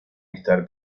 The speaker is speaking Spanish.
estar